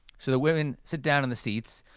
so the women sit down in the seats,